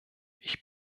ich